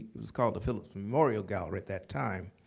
it was called the phillips memorial gallery at that time.